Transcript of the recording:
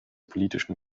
politischen